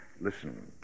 Listen